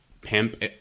pimp